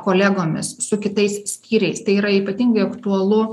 kolegomis su kitais skyriais tai yra ypatingai aktualu